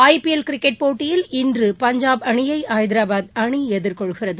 IPL cricket போட்டயில்இன்று பஞ்சாப் அணியைஐதராபாத் அணிஎதிர்கொள்கிறது